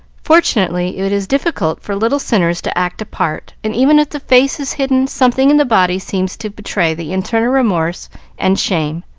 fortunately, it is difficult for little sinners to act a part, and, even if the face is hidden, something in the body seems to betray the internal remorse and shame.